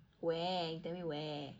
where you tell me where